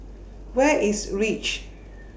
Where IS REACH